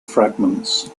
fragments